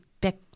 back